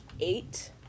eight